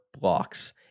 blocks